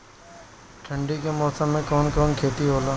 ठंडी के मौसम में कवन कवन खेती होला?